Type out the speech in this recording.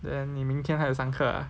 then 你明天还有上课 ah